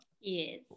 Yes